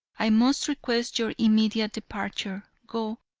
i must request your immediate departure. go,